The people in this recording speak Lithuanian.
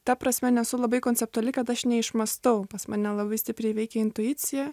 ta prasme nesu labai konceptuali kad aš neišmąstau pas mane labai stipriai veikė intuicija